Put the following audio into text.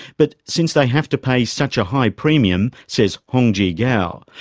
but since they have to pay such a high premium, says hongzhi gao,